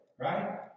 Right